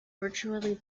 virtually